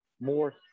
more